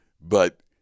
But-